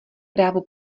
právo